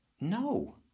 No